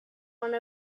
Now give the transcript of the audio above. one